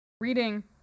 Reading